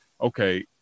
okay